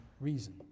reason